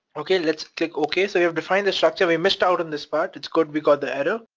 okay let's click okay. so we have defined the structure we missed out on this part. it's good we got the error.